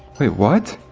wait what?